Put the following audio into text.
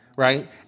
Right